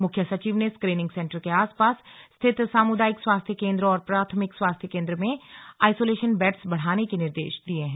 मुख्य सचिव ने स्क्रीनिंग सेंटर के आस पास स्थित सामुदायिक स्वास्थ्य केन्द्र और प्राथमिक स्वास्थ्य केन्द्र में आईसोलेशन बेड्स बढ़ाने के निर्देश दिये हैं